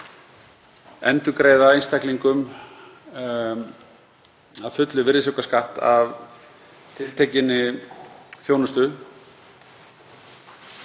endurgreiða einstaklingum að fullu virðisaukaskatt af tiltekinni þjónustu